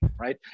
right